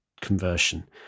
conversion